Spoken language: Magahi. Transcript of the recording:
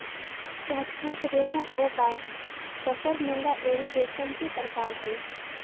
शहतुत रेशम ओक तसर मूंगा एरी रेशम के परकार हई